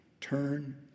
turn